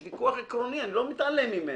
יש ויכוח עקרוני, אני לא מתעלם ממנו.